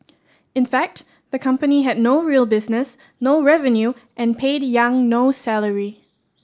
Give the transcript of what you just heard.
in fact the company had no real business no revenue and paid Yang no salary